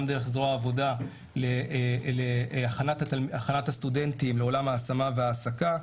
גם דרך זרוע עבודה להכנת הסטודנטים לעולם ההשמה והעסקה.